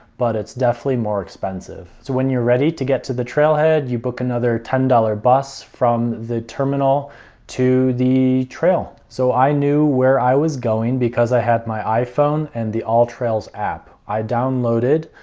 but it's definitely more expensive. so, when you're ready to get to the trailhead, you book another ten dollars bus from the terminal to the trail. so, i knew where i was going because i had my iphone and the alltrails app i downloaded,